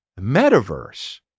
metaverse